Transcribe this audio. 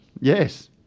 Yes